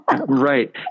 Right